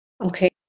Okay